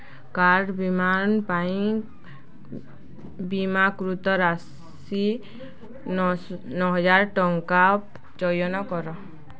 car ବୀମା ପାଇଁ ବୀମାକୃତ ରାଶି ନଅହାଜରେ ଟଙ୍କା ଚୟନ କର